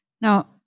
Now